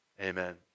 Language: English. Amen